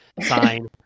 sign